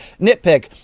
nitpick